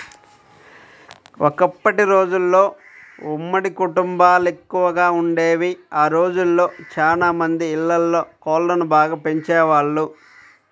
ఒకప్పటి రోజుల్లో ఉమ్మడి కుటుంబాలెక్కువగా వుండేవి, ఆ రోజుల్లో చానా మంది ఇళ్ళల్లో కోళ్ళను బాగా పెంచేవాళ్ళు